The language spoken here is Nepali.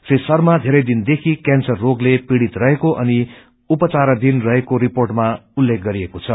श्री शर्मा थेरै दिनदेखि केंसर रोगले पीडित रहेको अनि उपचाराषिन रहेको रिपोटमा उल्लेख गरिएको छ